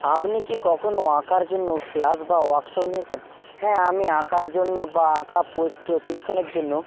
আপনি কি কখনও আঁকার জন্য ক্লাস বা ওয়ার্কশপ নিয়েছেন হ্যাঁ আমি আঁকার জন্য বা আঁকা প্রশিক্ষনের জন্য